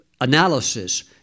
analysis